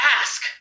ask